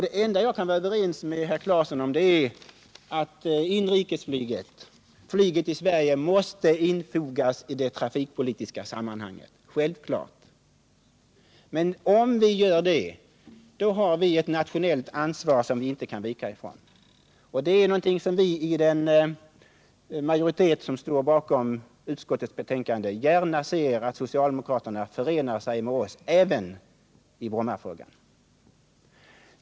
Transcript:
Det enda jag kan vara överens med herr Claeson om är att inrikesflyget i Sverige måste infogas i det trafikpolitiska sammanhanget. Det är självklart. Den majoritet som står bakom utskottets betänkande ser gärna att socialdemokraterna förenar sig med oss i Brommafrågan.